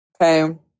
okay